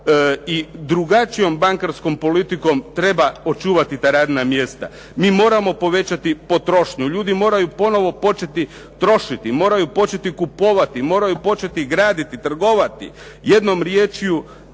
I drugačijom bankarskom politikom treba očuvati ta radna mjesta. Mi moramo povećati potrošnju, ljudi ponovo početi trošiti, moraju početi kupovati, moraju početi graditi, trgovati, jednom riječju